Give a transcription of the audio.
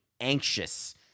anxious